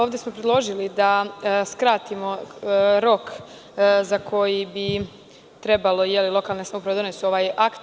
Ovde smo predložili da skratimo rok za koji bi trebalo lokalne samouprave da donesu ovaj akt.